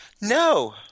No